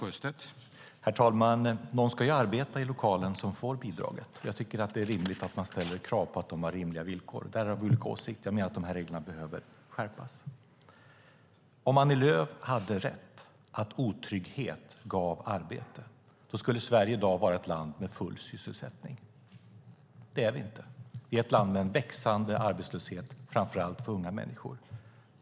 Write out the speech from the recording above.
Herr talman! Någon ska ju arbeta i lokalen som får bidraget. Jag tycker att det är rimligt att man ställer krav på att de har rimliga villkor. Där har vi olika åsikter. Jag menar att de här reglerna behöver skärpas. Om Annie Lööf hade rätt i att otrygghet ger arbete skulle Sverige i dag vara ett land med full sysselsättning. Det är vi inte. Vi är ett land med en växande arbetslöshet, framför allt för unga människor.